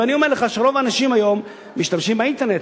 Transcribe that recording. ואני אומר לך שרוב האנשים היום משתמשים באינטרנט.